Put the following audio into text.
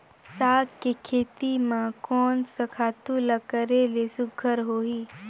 साग के खेती म कोन स खातु ल करेले सुघ्घर होही?